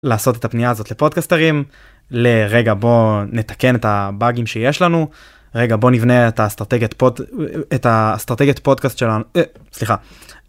לעשות את הפנייה הזאת לפודקסטרים לרגע בוא נתקן את הבאגים שיש לנו רגע בוא נבנה את האסטרטגיות פודקסט אה.. את האסטרטגיית פודקאסט שלנו אה.. סליחה.